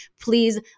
please